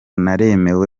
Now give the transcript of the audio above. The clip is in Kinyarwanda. naremewe